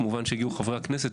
כמובן שיגיעו חברי הכנסת,